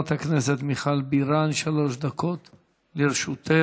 חברת הכנסת מיכל בירן, שלוש דקות לרשותך.